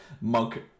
monk